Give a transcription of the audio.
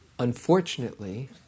Unfortunately